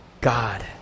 God